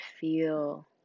feel